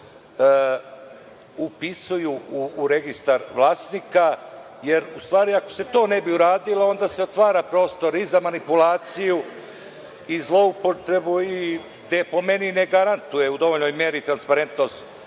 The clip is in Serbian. upisuju u registar vlasnika. Ako se to ne bi uradilo, onda se otvara prostor i za manipulaciju i zloupotrebu, te po meni ne garantuje u dovoljnoj meri transparentnost,